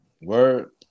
Word